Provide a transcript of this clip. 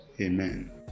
Amen